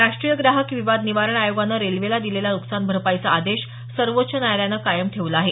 राष्ट्रीय ग्राहक विवाद निवारण अयोगानं रेल्वेला दिलेला नुकसान भरपाईचा आदेश सर्वोच्च न्यायालयानं कायम ठेवला आहे